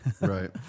Right